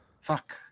Fuck